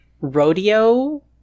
rodeo